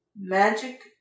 magic